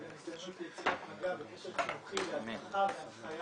היא גם ניסיונות ליצירת מגע וקשר חינוכי ל- -- והנחייה,